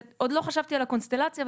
עוד לא חשבתי על הקונסטלציה,